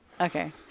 Okay